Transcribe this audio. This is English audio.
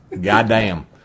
Goddamn